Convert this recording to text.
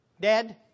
Dead